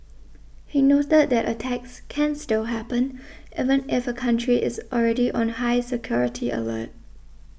he noted that attacks can still happen even if a country is already on high security alert